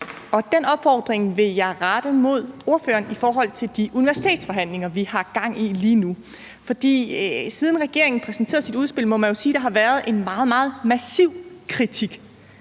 og den opfordring vil jeg rette mod ordføreren i forhold til de universitetsforhandlinger, vi lige nu har gang i. For siden regeringen præsenterede sit udspil, må man jo sige at der har været en meget, meget massiv kritik,